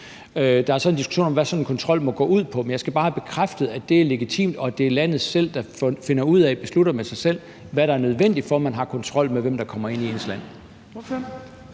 Der er så en diskussion om, hvad sådan en kontrol må gå ud på, men jeg skal bare have bekræftet, at det er legitimt, og at det er landet selv, der finder ud af og beslutter med sig selv, hvad der er nødvendigt, for at have kontrol med, hvem der kommer ind i landet.